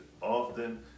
often